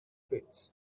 pits